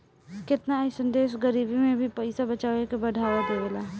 केतना अइसन देश गरीबी में भी पइसा बचावे के बढ़ावा देवेला